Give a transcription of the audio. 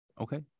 Okay